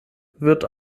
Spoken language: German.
wird